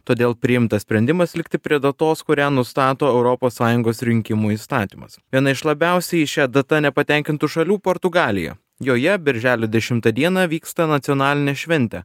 todėl priimtas sprendimas likti prie datos kurią nustato europos sąjungos rinkimų įstatymas viena iš labiausiai šia data nepatenkintų šalių portugalija joje birželio dešimtą dieną vyksta nacionalinė šventė